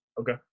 Okay